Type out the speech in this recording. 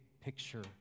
picture